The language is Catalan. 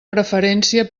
preferència